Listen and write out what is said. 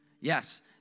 Yes